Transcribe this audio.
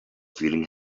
feeling